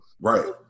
Right